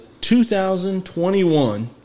2021